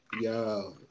Yo